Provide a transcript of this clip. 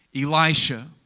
Elisha